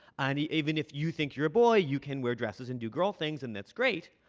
and even if you think you're a boy, you can wear dresses and do girl things and that's great.